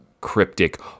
cryptic